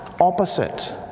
opposite